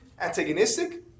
antagonistic